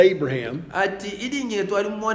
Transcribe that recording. Abraham